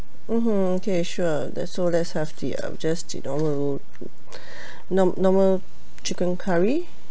mmhmm okay sure that's all let's have the um just the normal nor~ normal chicken curry